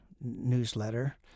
newsletter